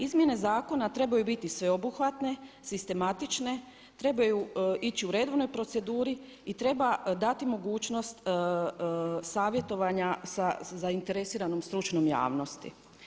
Izmjene zakona trebaju biti sveobuhvatne, sistematične, trebaju ići u redovnoj proceduri i treba dati mogućnost savjetovanja sa zainteresiranom stručnom javnosti.